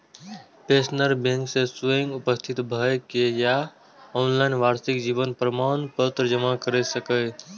pensioner bank मे स्वयं उपस्थित भए के या ऑनलाइन वार्षिक जीवन प्रमाण पत्र जमा कैर सकैए